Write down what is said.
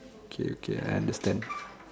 okay okay I understand